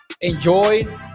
Enjoy